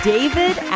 David